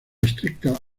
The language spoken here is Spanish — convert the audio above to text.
estricta